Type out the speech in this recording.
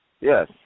Yes